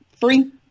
free